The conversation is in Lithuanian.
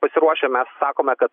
pasiruošę mes sakome kad